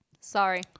Sorry